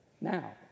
now